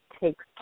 takes